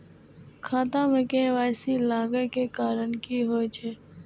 खाता मे के.वाई.सी लागै के कारण की होय छै?